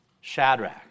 Shadrach